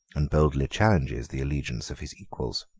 and boldly challenges the allegiance of his equals.